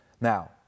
Now